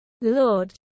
Lord